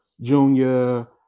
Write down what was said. Junior